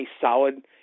solid